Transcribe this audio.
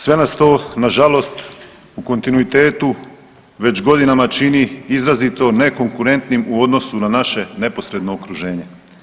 Sve nas to nažalost, u kontinuitetu već godinama čini izrazito nekonkurentnim u odnosu na naše neposredno okruženje.